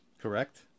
correct